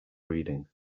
reading